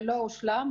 לא הושלם.